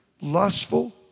lustful